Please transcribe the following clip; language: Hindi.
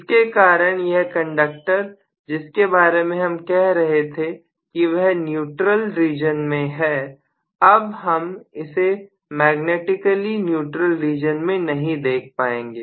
इसके कारण यह कंडक्टर जिसके बारे में हम कह रहे थे कि यह न्यूट्रल रीजन में है अब हम इसे मैग्नेटिकली न्यूट्रल रीजन में नहीं देख पाएंगे